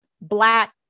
Black